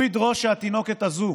הוא ידרוש שהתינוקת הזאת,